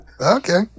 okay